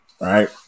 right